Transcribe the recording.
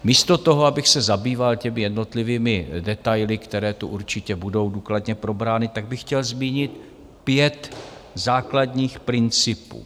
Místo toho, abych se zabýval těmi jednotlivými detaily, které tu určitě budou důkladně probrány, tak bych chtěl zmínit pět základních principů.